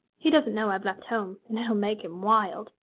he doesn't know i've left home, and it'll make him wild.